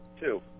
Two